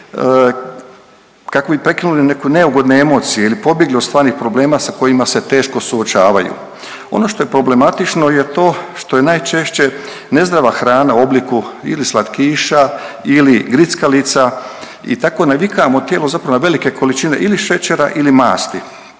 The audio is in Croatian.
kako bi prekinuli neke neugodne emocije ili pobjegli od stvarnih problema sa kojima se teško suočavaju. Ono što je problematično je to što je najčešće nezdrava hrana u obliku ili slatkiša ili grickalica i tako navikavamo tijelo zapravo na velike količine ili šećera ili mati,